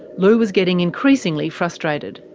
lu was getting increasingly frustrated.